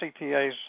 CTAs